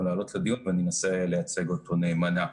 לעלות לדיון ואני אנסה לייצג אותו נאמנה.